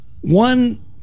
one